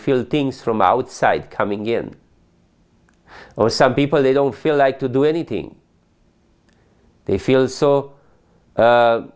feel things from outside coming in and some people they don't feel like to do anything they feel so